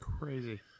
Crazy